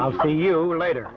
i'll see you later